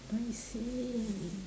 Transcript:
I see